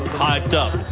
hyped up.